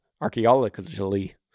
archaeologically